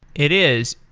it is,